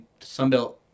Sunbelt